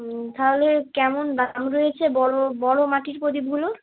হুম তাহলে কেমন দাম রয়েছে বড় বড় মাটির প্রদীপগুলোর